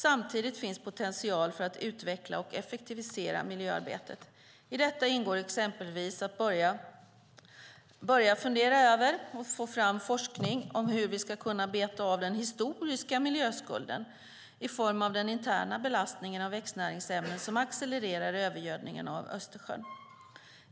Samtidigt finns potential för att utveckla och effektivisera miljöarbetet. I detta ingår exempelvis att börja fundera över och få fram forskning om hur vi ska kunna beta av den historiska miljöskulden, i form av den interna belastningen av växtnäringsämnen som accelererar övergödningen av Östersjön.